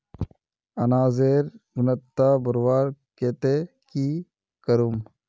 अनाजेर गुणवत्ता बढ़वार केते की करूम?